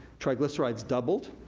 triglycerides doubled,